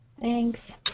Thanks